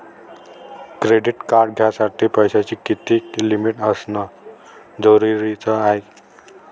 Credit card घ्यासाठी पैशाची कितीक लिमिट असनं जरुरीच हाय?